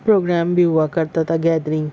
programme بھی ہوا کرتا تھا گیدرنگ